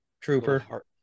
trooper